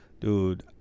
dude